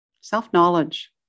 self-knowledge